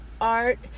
art